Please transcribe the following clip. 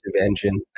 engine